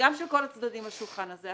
וגם של כל הצדדים בשולחן הזה.